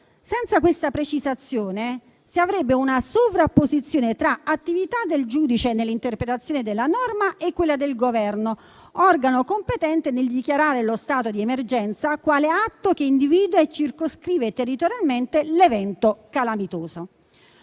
Senza questa precisazione, si avrebbe una sovrapposizione tra l'attività del giudice nell'interpretazione della norma e quella del Governo, organo competente nel dichiarare lo stato d'emergenza quale atto che individua e circoscrive territorialmente l'evento calamitoso.